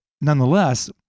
nonetheless